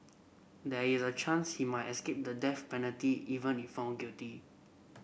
there is a chance he might escape the death penalty even if found guilty